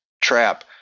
trap